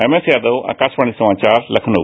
MS Yadav Akashvani समाचार लखनऊ